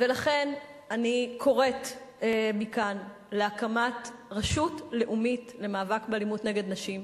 ולכן אני קוראת מכאן להקמת רשות לאומית למאבק באלימות נגד נשים,